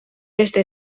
beste